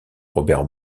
robert